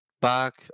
back